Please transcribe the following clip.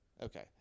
Okay